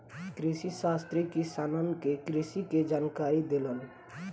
कृषिशास्त्री किसानन के कृषि के जानकारी देलन